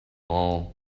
all